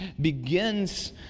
begins